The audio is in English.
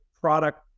product